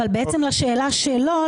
אבל בעצם לשאלה שלו,